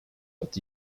but